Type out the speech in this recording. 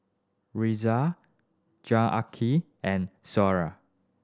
Razia Janaki and